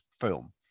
film